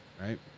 right